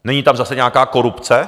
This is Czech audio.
Není tam zase nějaká korupce?